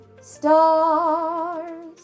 stars